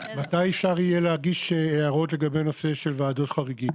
מתי יהיה אפשר להגיש הערות לגבי נושא של ועדות חריגים,